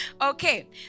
Okay